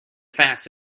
facts